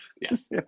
Yes